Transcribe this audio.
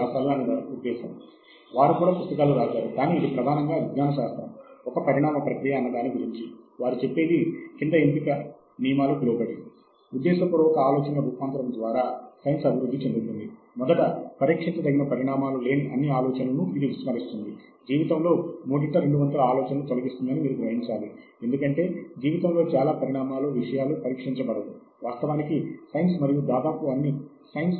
ఆపై మన జ్ఞానాన్ని ఉపయోగించి ఆ అంతరాన్ని ఎలా భర్తీ చేయగలము కొన్నిసార్లు మనకి తెలిసిన మన ప్రాంతములో మనకి పరిచయము గల సాంకేతిక ప్రక్రియ ఆ సాహిత్యానికి మంచి తోడ్పాటుని అందించవచ్చు